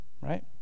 Right